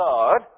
God